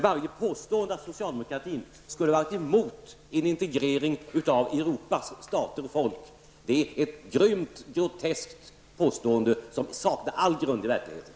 Varje påstående att socialdemokratin skulle ha varit emot en integrering av Europas stater och folk är ett grymt groteskt påstående som saknar all grund i verkligheten.